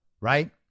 right